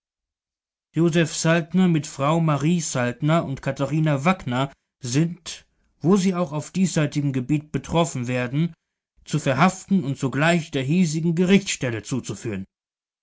saltner mit frau marie saltner und katharina wackner sind wo sie auch auf diesseitigem gebiet betroffen werden zu verhaften und sogleich der hiesigen gerichtsstelle zuzuführen